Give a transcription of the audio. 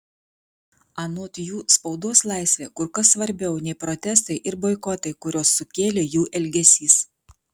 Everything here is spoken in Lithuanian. anot jų spaudos laisvė kur kas svarbiau nei protestai ir boikotai kuriuos sukėlė jų elgesys